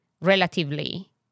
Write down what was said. relatively